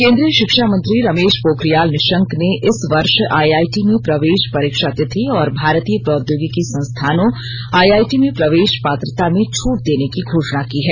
केन्द्रीय शिक्षा मंत्री रमेश पोखरियाल निशंक ने इस वर्ष आईआईटी में प्रवेश परीक्षा तिथि और भारतीय प्रौद्योगिकी संस्थानों आईआईटी में प्रवेश पात्रता में छूट देने की घोषणा की है